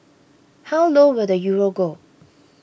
how low will the Euro go